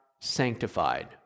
sanctified